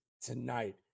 tonight